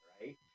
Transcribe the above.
right